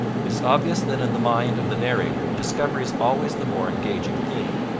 it is obvious that in the mind of the narrator discovery is always the more engaging theme.